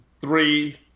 three –